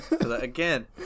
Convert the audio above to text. Again